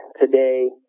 today